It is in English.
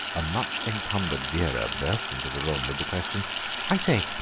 a much-encumbered vera burst into the room with the question i say,